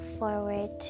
forward